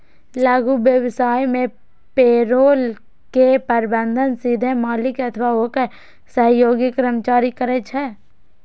लघु व्यवसाय मे पेरोल के प्रबंधन सीधे मालिक अथवा ओकर सहयोगी कर्मचारी करै छै